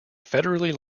federally